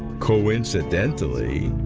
coincidentally,